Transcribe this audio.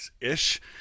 ish